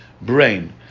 brain